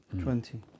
Twenty